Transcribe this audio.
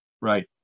right